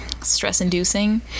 stress-inducing